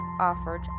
offered